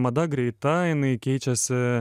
mada greita jinai keičiasi